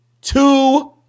two